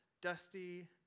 dusty